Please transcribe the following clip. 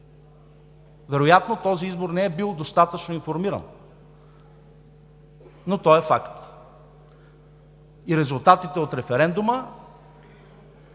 Вероятно този избор не е бил достатъчно информиран, но той е факт и резултатите от референдума